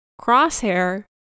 Crosshair